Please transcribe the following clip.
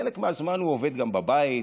חלק מהזמן הוא עובד גם בבית,